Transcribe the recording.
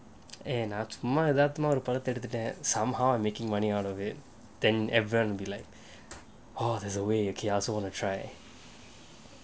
and சும்மா எதார்த்தமா ஒரு படம் எடுத்துட்டு:chumma ethartthamaa oru padam eduthuttu somehow making money out of it then everyone will be like ah there's a way I also want to try